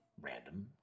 random